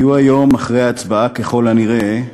יהיו היום אחרי ההצבעה, ככל הנראה,